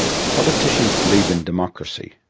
politicians believe in democracy,